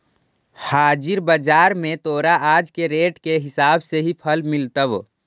हाजिर बाजार में तोरा आज के रेट के हिसाब से ही फल मिलतवऽ